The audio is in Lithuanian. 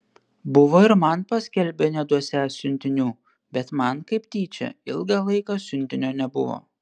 buvo ir man paskelbę neduosią siuntinių bet man kaip tyčia ilgą laiką siuntinio nebuvo